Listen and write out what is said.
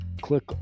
Click